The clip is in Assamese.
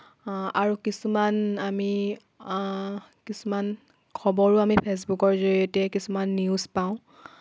আৰু কিছুমান আমি কিছুমান খবৰো আমি ফেছবুকৰ জৰিয়তে কিছুমান নিউজ পাওঁ